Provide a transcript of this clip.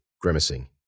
grimacing